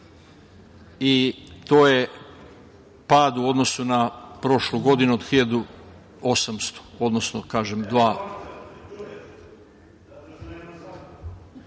To je pad u odnosu na prošlu godinu od 1.800, odnosno, kažem…(Dragan